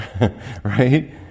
Right